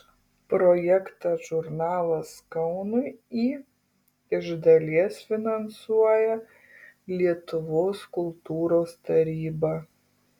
projektą žurnalas kaunui į iš dalies finansuoja lietuvos kultūros taryba